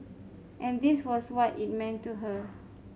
and this was what it meant to her